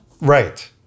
Right